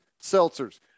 seltzers